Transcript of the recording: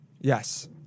Yes